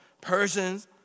Persians